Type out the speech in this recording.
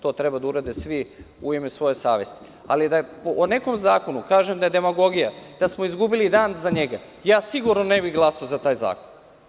To treba da urade svi u ime svoje savesti, ali da o nekom zakonu kažu da je demagogija, da smo izgubili da za njega, sigurno ne bi glasao za taj zakon.